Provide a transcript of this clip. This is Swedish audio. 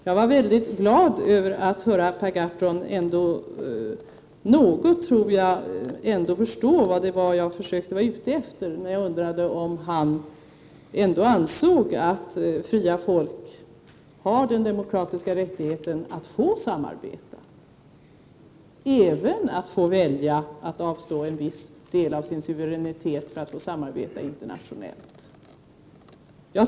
Jag är mycket glad att höra att Per Gahrton ändå förstår något av vad jag var ute efter när jag undrade om han ansåg att fria folk har den demokratiska rättigheten att få samarbeta och även att få välja att avstå ifrån en viss del av sin suveränitet för att få samarbeta internationellt. Jag tycker att det är en = Prot.